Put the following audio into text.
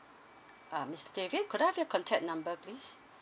uh mister david could I have your contact number please